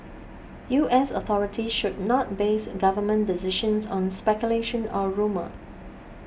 U S authorities should not base government decisions on speculation or rumour